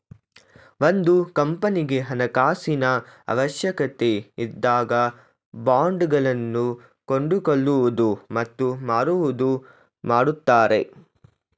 ಒಂದು ಕಂಪನಿಗೆ ಹಣಕಾಸಿನ ಅವಶ್ಯಕತೆ ಇದ್ದಾಗ ಬಾಂಡ್ ಗಳನ್ನು ಕೊಂಡುಕೊಳ್ಳುವುದು ಮತ್ತು ಮಾರುವುದು ಮಾಡುತ್ತಾರೆ